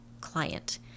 client